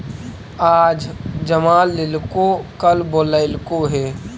आज जमा लेलको कल बोलैलको हे?